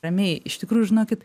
ramiai iš tikrųjų žinokit